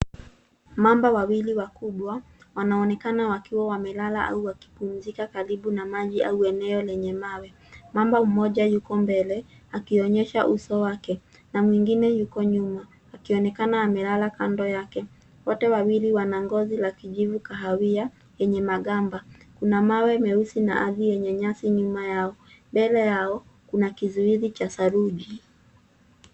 Mamba wawili wakubwa wanaonekana wakiwa wamelala au wakipumzika karibu na maji au eneo lenye mawe. Mamba mmoja yuko mbele, akionyesha uso wake, na mwingine yuko nyuma, akionekana amelala kando yake. Wote wawili wanangozi la kijivu kahawia, lenye magamba. Kuna mawe meusi na ardhi lenye nyasi nyuma yao. Mbele yao, kuna kizuizi cha saruji.